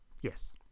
Yes